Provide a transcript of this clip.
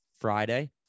Friday